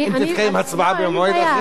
אם תתקיים הצבעה במועד אחר,